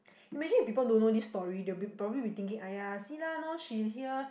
imagine if people don't know this story they'll probably be thinking !aiya! see lah now she's here